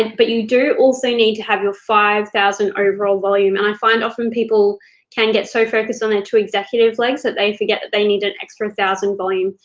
and but you do also need to have your five thousand overall volume, and i find often people can get so focused on their two executive legs that they forget that they need an extra one thousand volume,